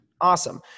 awesome